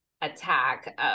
attack